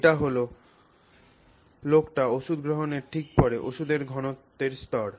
এটা হল লোকটি ওষধ গ্রহণের ঠিক পরে ওষুধের ঘনত্বের স্তর